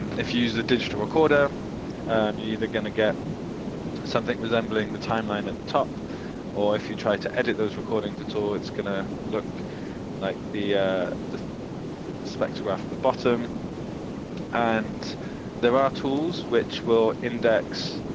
and if you use a digital recorder, you're um either gonna get something resembling the timeline at the top or if you try to edit those recordings at all, it's gonna look like the the spectrograph at the bottom and there are tools which we'll index,